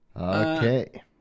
Okay